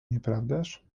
nieprawdaż